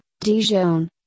Dijon